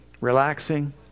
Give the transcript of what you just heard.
relaxing